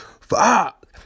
fuck